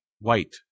white